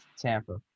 Tampa